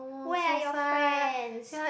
where are your friends